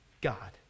God